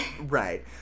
right